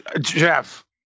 Jeff